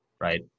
Right